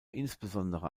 insbesondere